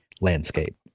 landscape